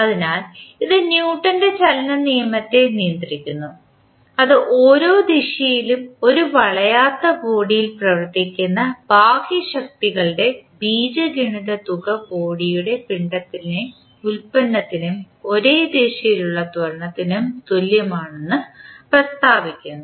അതിനാൽ ഇത് ന്യൂട്ടൻറെ ചലനനിയമത്തെ നിയന്ത്രിക്കുന്നു അത് ഓരോ ദിശയിലും ഒരു വളയാത്ത ബോഡിയിൽ പ്രവർത്തിക്കുന്ന ബാഹ്യശക്തികളുടെ ബീജഗണിത തുക ബോഡിയുടെ പിണ്ഡത്തിൻറെ ഉൽപ്പന്നത്തിനും ഒരേ ദിശയിലുള്ള ത്വരണത്തിനും തുല്യമാണെന്ന് പ്രസ്താവിക്കുന്നു